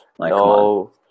No